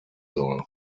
soll